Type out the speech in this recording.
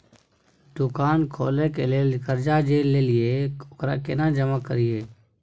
दुकान खोले के लेल कर्जा जे ललिए ओकरा केना जमा करिए?